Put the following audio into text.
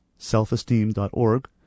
selfesteem.org